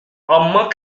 armand